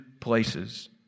places